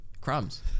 crumbs